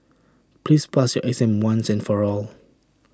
please pass your exam once and for all